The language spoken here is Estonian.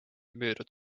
müüdud